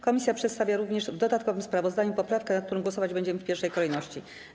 Komisja przedstawia również w dodatkowym sprawozdaniu poprawkę, nad którą głosować będziemy w pierwszej kolejności.